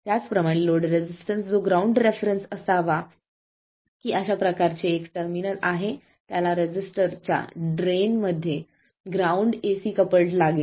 त्याचप्रमाणे load resistance RL जो ground reference असावा की अशा प्रकारचे एक टर्मिनल आहे त्याला रेझिस्टरच्या ड्रेन त ग्राउंड AC कपल्ड लागेल